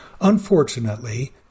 Unfortunately